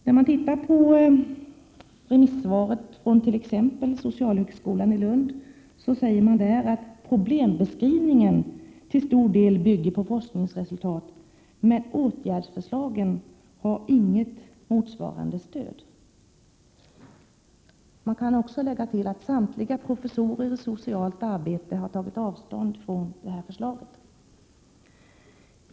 När man tittar på remissvaret från t.ex. socialhögskolan i Lund kan man där läsa att problembeskrivningen till stor del bygger på forskningsresultat men att åtgärdsförslagen inte har något motsvarande stöd. Man kan också lägga till att samtliga professorer i socialt arbete har tagit avstånd från det här förslaget.